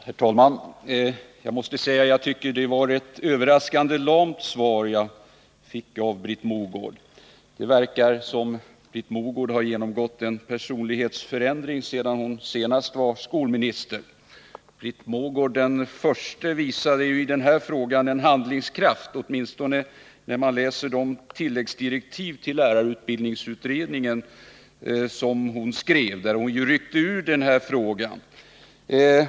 Herr talman! Jag måste säga att jag tycker att det var ett överraskande lamt svar jag fick av Britt Mogård. Det verkar som om Britt Mogård genomgått en personlighetsförändring sedan hon senast var skolminister. Britt Mogård den första visade i den här frågan handlingskraft. Det intrycket får man åtminstone när man läser de tilläggsdirektiv till lärarutbildningsutredningen som hon skrev i februari 1977 och genom vilka hon ryckte ut den här frågan.